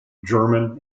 german